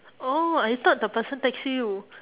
oh I thought the person text you